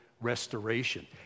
restoration